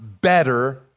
better